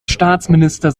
staatsminister